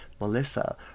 Melissa